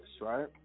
right